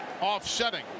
offsetting